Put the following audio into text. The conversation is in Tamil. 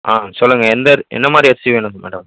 ஆ சொல்லுங்கள் எந்த அர் எந்த மாதிரி அரிசி வேணுங்க மேடம்